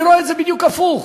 אני רואה את זה בדיוק הפוך.